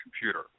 computer